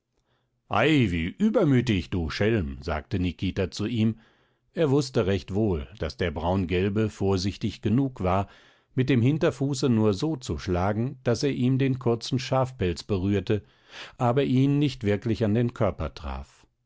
wie übermütig du schelm sagte nikita zu ihm er wußte recht wohl daß der braungelbe vorsichtig genug war mit dem hinterfuße nur so zu schlagen daß er ihm den kurzen schafpelz berührte aber ihn nicht wirklich an den körper traf